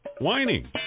whining